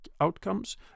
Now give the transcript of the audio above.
outcomes